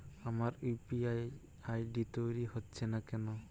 আমার UPI ID তৈরি হচ্ছে না কেনো?